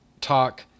talk